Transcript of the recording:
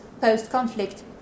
post-conflict